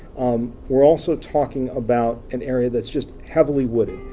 um we're also talking about an area that's just heavily wooded.